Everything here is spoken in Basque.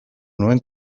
nuen